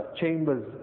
chambers